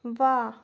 वाह्